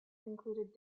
included